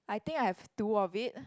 I think I have two of it